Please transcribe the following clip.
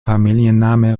familienname